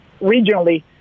regionally